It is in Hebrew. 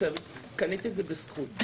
קנית את זה בזכות.